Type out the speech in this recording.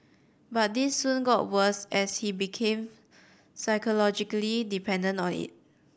but this soon got worse as he became psychologically dependent on it